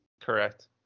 Correct